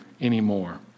anymore